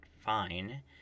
fine